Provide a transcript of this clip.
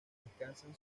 descansan